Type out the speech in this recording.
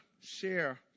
share